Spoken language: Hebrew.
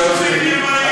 דברים חשובים נאמרים.